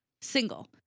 single